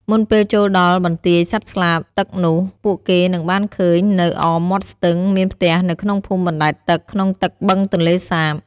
មុនពេលចូលដល់បន្ទាយសត្វស្លាបទឹកនោះពួកគេនឹងបានឃើញ នៅអមមាត់ស្ទឹងមានផ្ទះនៅក្នុងភូមិបណ្ដែតទឹក ក្នុងទឹកបឹងទន្លេសាប។